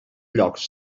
llocs